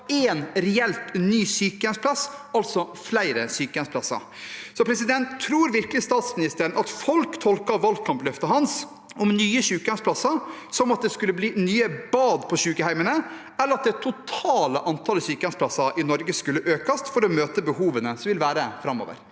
en reelt ny sykehjemsplass, altså flere sykehjemsplasser. Tror virkelig statsministeren at folk tolker valgkampløftet hans om nye sykehjemsplasser som at det skulle bli nye bad på sykehjemmene? Eller tolkes det som at det totale antallet sykehjemsplasser i Norge skulle økes for å møte behovene som vil være framover?